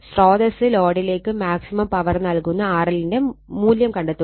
സ്രോതസ്സ് ലോഡിലേക്ക് maximum power നൽകുന്ന RL ൻറെ മൂല്യം കണ്ടെത്തുക